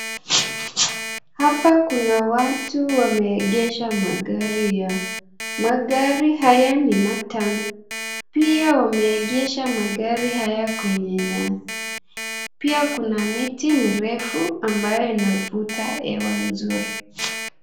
Hapa kuna watu wameegesha magari yao. Magari haya ni matano pia wameegesha magari haya kwenye nyasi. Pia kuna miti mirefu ambayo inavuta hewa mzuri.